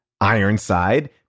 Ironside